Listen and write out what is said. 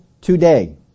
today